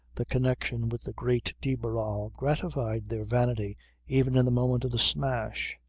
the connection with the great de barral gratified their vanity even in the moment of the smash.